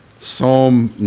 Psalm